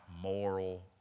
moral